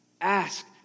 Ask